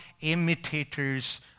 imitators